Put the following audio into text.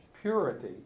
purity